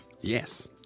Yes